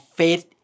faith